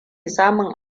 samun